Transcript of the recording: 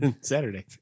Saturday